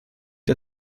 der